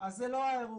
אז זה לא האירוע.